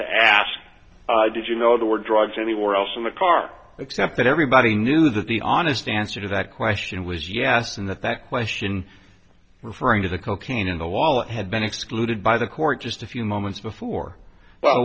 to ask i did you know the word drives anywhere else in the car except that everybody knew that the honest answer to that question was yes in that that question referring to the cocaine in the wallet had been excluded by the court just a few moments before w